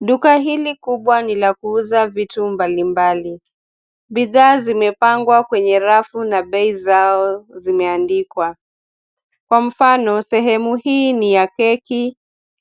Duka hili kubwa ni la kuuza vitu mbalimbali. Bidhaa zimepangwa kwenye rafu na bei zao zimeandikwa, kwa mfano sehemu hii ni ya keki,